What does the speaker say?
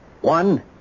One